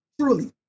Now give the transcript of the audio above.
Truly